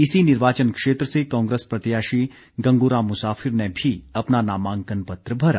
इसी निर्वाचन क्षेत्र से कांग्रेस प्रत्याशी गंगूराम मुसाफिर ने भी अपना नामांकन पत्र भरा